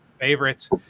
favorites